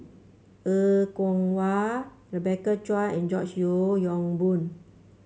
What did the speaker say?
Er Kwong Wah Rebecca Chua and George Yeo Yong Boon